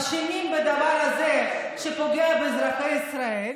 אשמים בדבר הזה שפוגע באזרחי ישראל,